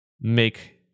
make